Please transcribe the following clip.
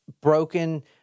broken